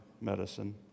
medicine